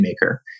maker